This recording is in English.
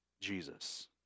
Jesus